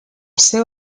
seu